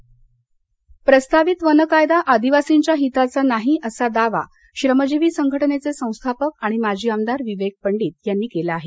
वनकायदा प्रस्तावित वन कायदा आदिवासींच्या हिताचा नाही असा दावा श्रमजिवी संघटनेचे संस्थापक आणि माजी आमदार विवेक पंडित यांनी केला आहे